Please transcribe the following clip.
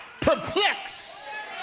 perplexed